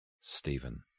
Stephen